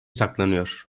saklanıyor